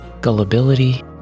gullibility